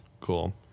Cool